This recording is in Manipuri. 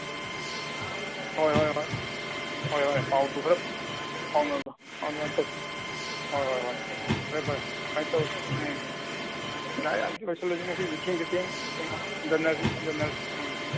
ꯍꯣꯏ ꯍꯣꯏ ꯍꯣꯏ ꯍꯣꯏ ꯍꯣꯏ ꯄꯥꯎꯗꯨ ꯈꯔ ꯐꯥꯎꯅꯔꯣ ꯑꯗꯨꯃꯥꯏ ꯇꯧꯔꯁꯤ ꯍꯣꯏ ꯍꯣꯏ ꯍꯣꯏ ꯐꯔꯦ ꯐꯔꯦ ꯑꯗꯨꯃꯥꯏ ꯇꯧꯔꯁꯤ ꯌꯥꯔꯦ ꯌꯥꯔꯦ ꯂꯣꯏꯁꯤꯜꯂꯁꯤ ꯉꯁꯤꯒꯤꯗꯤ ꯊꯦꯡꯁꯨ ꯊꯦꯡꯉꯦ ꯍꯟꯖꯤꯟꯅꯔꯁꯤ ꯍꯟꯖꯤꯟꯅꯔꯁꯤ